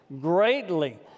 greatly